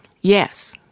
Yes